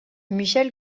michel